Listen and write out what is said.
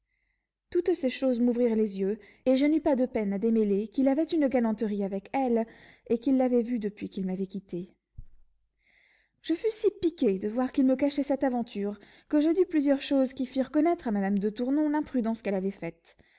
toutes ces choses m'ouvrirent les yeux et je n'eus pas de peine à démêler qu'il avait une galanterie avec elle et qu'il l'avait vue depuis qu'il m'avait quitté je fus si piqué de voir qu'il me cachait cette aventure que je dis plusieurs choses qui firent connaître à madame de tournon l'imprudence qu'elle avait faite